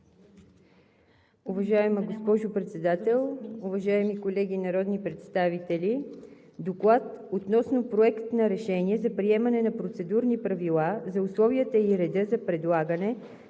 Уважаема госпожо Председател, уважаеми колеги народни представители! „ДОКЛАД относно Проект на решение за приемане на Процедурни правила за условията и реда за предлагане